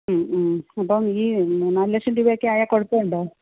ഉം ഉം അപ്പം ഈ മൂന്നാലു ലക്ഷം രൂപയൊക്കെയായാൽ കുഴപ്പമുണ്ടോ